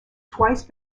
twice